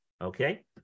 Okay